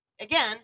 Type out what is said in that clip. again